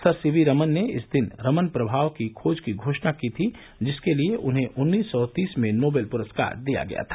sir C V Raman ने इस दिन रमन प्रमाव की खोज की घोषणा की थी जिसके लिए उन्हें उन्नीस सौ तीस में नोबेल पुस्कार दिया गया था